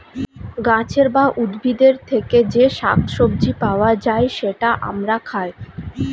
গাছের বা উদ্ভিদের থেকে যে শাক সবজি পাওয়া যায়, সেটা আমরা খাই